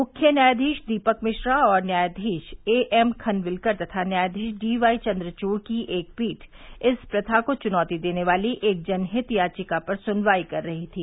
मुख्य न्यायाधीश दीपक मिश्रा और न्यायाधीश ए एम खनविलकर तथा न्यायाधीश डीवाई चन्द्रचूड़ की एक पीठ इस प्रथा को चुनौती देने वाली एक जनहित याचिका पर सुनवाई कर रही थी